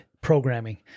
programming